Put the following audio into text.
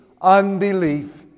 unbelief